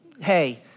hey